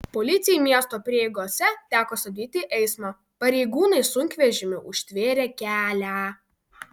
policijai miesto prieigose teko stabdyti eismą pareigūnai sunkvežimiu užtvėrė kelią